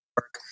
work